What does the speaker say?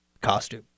costume